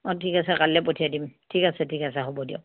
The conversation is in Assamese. অঁ ঠিক আছে কাইলৈ পঠিয়াই দিম ঠিক আছে ঠিক আছে হ'ব দিয়ক